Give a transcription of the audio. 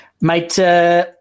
Mate